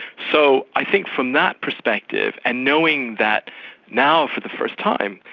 so i think from that perspective, and knowing that now for the first time,